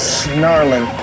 snarling